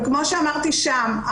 וכמו שאמרתי שם,